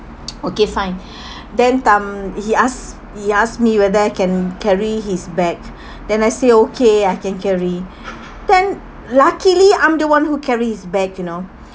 okay fine then um he asked he asked me whether I can carry his bag then I say okay I can carry then luckily I'm the one who carries his bag you know